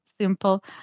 simple